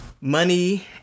money